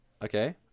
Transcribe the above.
Okay